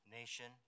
nation